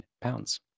pounds